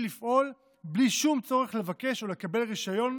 לפעול בלי שום צורך לבקש או לקבל רישיון,